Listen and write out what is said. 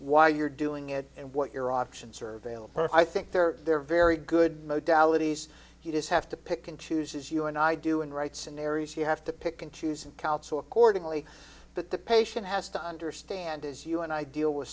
why you're doing it and what your options are available i think they're they're very good modelling he's he does have to pick and choose as you and i do and writes in areas you have to pick and choose and counsel accordingly but the patient has to understand as you and i deal with